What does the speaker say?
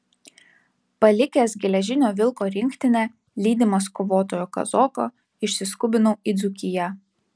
palikęs geležinio vilko rinktinę lydimas kovotojo kazoko išsiskubinau į dzūkiją